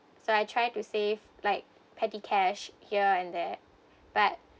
so I try to save like petty cash here and there but